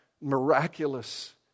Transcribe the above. miraculous